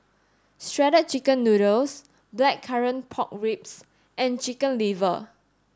shredded chicken noodles blackcurrant pork ribs and chicken liver